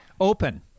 open